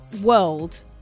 world